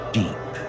deep